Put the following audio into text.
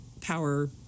power